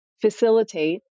facilitate